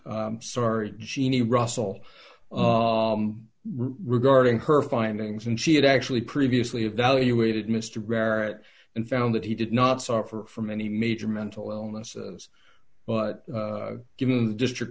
sorry jeannie russell regarding her findings and she had actually previously evaluated mr barrett and found that he did not suffer from any major mental illness but given the district